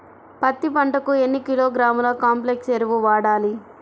పత్తి పంటకు ఎన్ని కిలోగ్రాముల కాంప్లెక్స్ ఎరువులు వాడాలి?